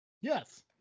yes